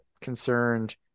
concerned